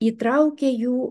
įtraukė jų